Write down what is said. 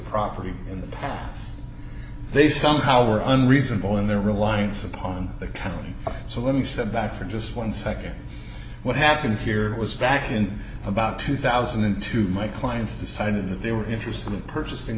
property in the past they somehow were unreasonable in their reliance upon the county so let me step back for just one second what happened here was back in about two thousand and two my clients decided that they were interested in purchasing